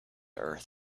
earth